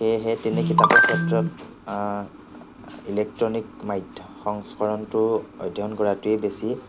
সেয়েহে তেনে কিতাপৰ ক্ষেত্ৰত ইলেকট্ৰনিক মাধ্য় সংস্কৰণটো অধ্য়য়ন কৰাটোৱে বেছি